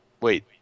wait